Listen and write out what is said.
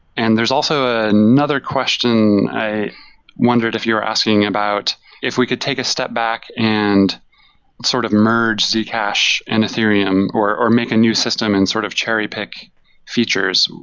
and there's also ah another question. i wondered if you were asking about if we could take a step back and sort of merge zcash and ethereum, or or make a new system and sort of cherry pick features,